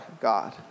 God